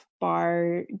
bar